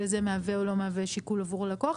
הזה מהווה או לא מהווה שיקול עבור הלקוח,